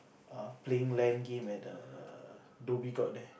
err playing Lan game at the Dhoby-Ghaut there